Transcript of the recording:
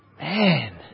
Man